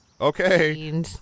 Okay